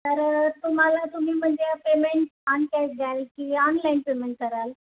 तर तुम्हाला तुम्ही म्हणजे पेमेंट ऑन कॅश द्याल की ऑनलाईन पेमेंट कराल